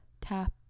tap